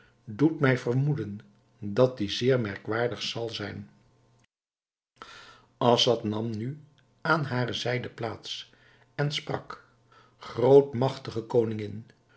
doet mij vermoeden dat die zeer merkwaardig zal zijn assad nam nu aan hare zijde plaats en sprak grootmagtige koningin